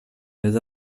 mes